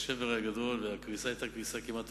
השבר היה גדול והקריסה היתה קריסה כמעט טוטלית.